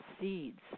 seeds